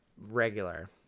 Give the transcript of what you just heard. regular